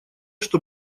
что